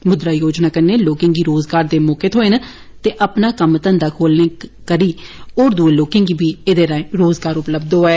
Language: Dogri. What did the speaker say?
मुद्रा योजना कन्नै लोकें गी रोजगार दे मौके थ्होए न ते अपना कम्म धंधा खोलने आले करी होर दुए लोकें गी बी रोजगार थ्होआ ऐ